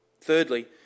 Thirdly